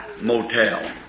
Motel